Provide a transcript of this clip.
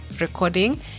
recording